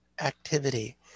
activity